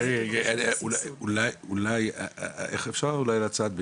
ל --- אפשר אולי הצעת ביניים,